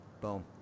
Boom